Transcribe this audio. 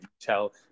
tell